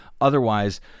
otherwise